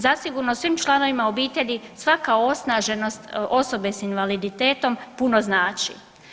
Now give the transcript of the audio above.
Zasigurno svim članovima obitelji svaka osnaženost osobe sa invaliditetom puno znači.